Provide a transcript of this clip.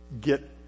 get